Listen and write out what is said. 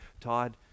Todd